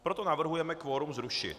Proto navrhujeme kvorum zrušit.